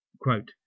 Quote